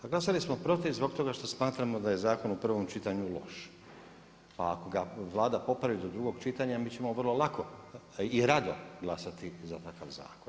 A glasali smo protiv zbog toga što smatramo da je zakon u prvom čitanju loš, pa ako ga Vlada popravi do drugog čitanja mi ćemo vrlo lako i rado glasati za takav zakon.